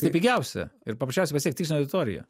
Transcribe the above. tai pigiausia ir paprasčiausia pasiekt tikslinę auditoriją